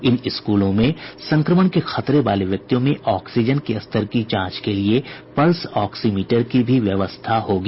इन स्कूलों में संक्रमण के खतरे वाले व्यक्तियों में ऑक्सीजन के स्तर की जांच के लिए पल्स ऑक्सीमीटर की भी व्यवस्था होगी